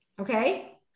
Okay